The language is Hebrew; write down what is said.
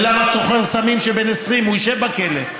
ולמה סוחר סמים שהוא בן 20 ישב בכלא,